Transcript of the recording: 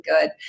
good